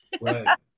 Right